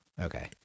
Okay